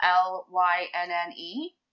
L-Y-N-N-E